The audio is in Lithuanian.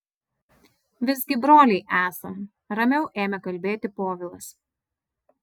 visgi broliai esam ramiau ėmė kalbėti povilas